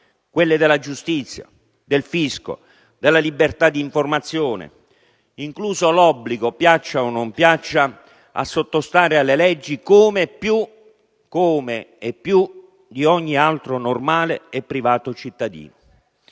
quelle della giustizia, del fisco, della libertà di informazione, incluso l'obbligo - piaccia o non piaccia - di sottostare alle leggi, come e più di ogni altro normale e privato cittadino!